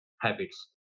habits